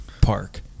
park